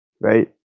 Right